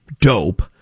dope